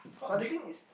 but the thing is